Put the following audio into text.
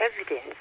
evidence